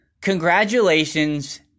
Congratulations